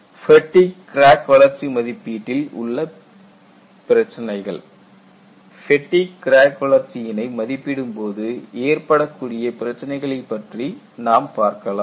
Issues in Fatigue Crack Growth Calculations fatigue crack வளர்ச்சி மதிப்பீட்டில் உள்ள பிரச்சனைகள் ஃபேட்டிக் கிராக் வளர்ச்சியினை மதிப்பிடும் போது ஏற்படக்கூடிய பிரச்சினைகளைப் பற்றி நாம் பார்க்கலாம்